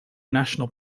national